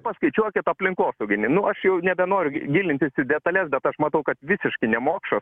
paskaičiuokit aplinkosauginį nu aš jau nebenoriu gilintis į detales bet aš matau kad visiškai nemokša